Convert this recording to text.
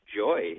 joy